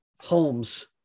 Holmes